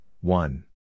one